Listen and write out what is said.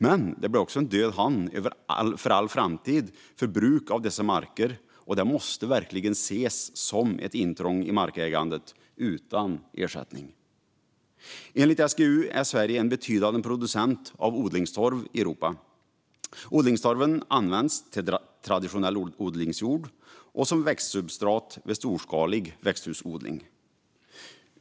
Men det blir också en död hand för all framtid för bruk av dessa marker, och det måste verkligen ses som ett intrång i markägandet utan ersättning. Enligt SGU är Sverige en betydande producent av odlingstorv i Europa. Odlingstorven används till traditionell odlingsjord och som växtsubstrat vid storskalig växthusodling.